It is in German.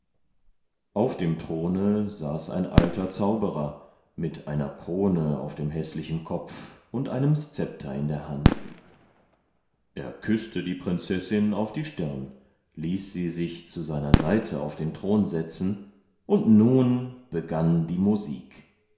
auf dem throne saß ein alter zauberer mit einer krone auf dem häßlichen kopf und einem scepter in der hand er küßte die prinzessin auf die stirn ließ sie sich zu seiner seite auf den thron setzen und nun begann die musik